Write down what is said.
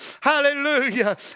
hallelujah